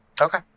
Okay